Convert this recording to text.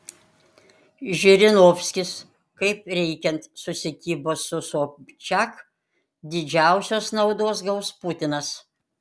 žirinovskis kaip reikiant susikibo su sobčiak didžiausios naudos gaus putinas